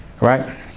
right